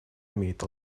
имеет